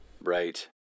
Right